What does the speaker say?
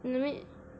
mm